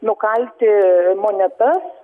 nukalti monetas